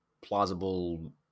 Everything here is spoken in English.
plausible